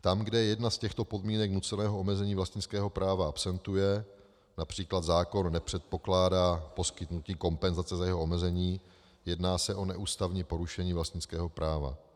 Tam, kde jedna z těchto podmínek nuceného omezení vlastnického práva absentuje, např. zákon nepředkládá poskytnutí kompenzace za jeho omezení, jedná se o neústavní porušení vlastnického práva.